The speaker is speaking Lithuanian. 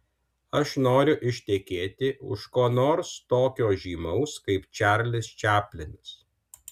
aš noriu ištekėti už ko nors tokio žymaus kaip čarlis čaplinas